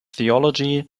theology